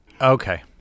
Okay